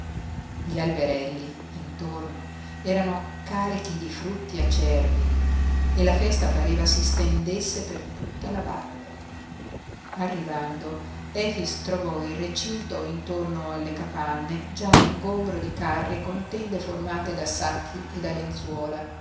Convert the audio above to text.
gli alberelli intorno erano carichi di frutti acerbi e la festa pareva si stendesse per tutta la valle arrivando efix trovò il recinto intorno alle capanne già ingombro di carri con tende formate da sacchi e da lenzuola